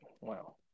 Wow